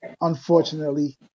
unfortunately